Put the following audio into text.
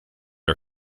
are